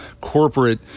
corporate